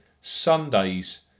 Sunday's